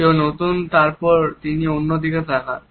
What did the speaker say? কেউ নতুন তারপর তিনি অন্য দিকে তাকান